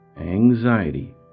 anxiety